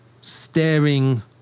staring